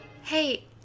Hey